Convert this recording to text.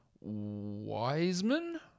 Wiseman